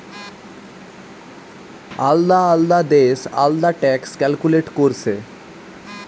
আলদা আলদা দেশ আলদা ট্যাক্স ক্যালকুলেট কোরছে